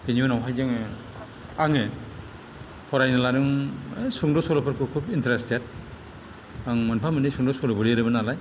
बिनि उनावहाय जोङो आङो फरायनो लादों सुंद' सल'फोरखौ खुब इन्टारेस्टेड आं मोनफा मोननै सुंद' सल'बो लिरोमोननालाय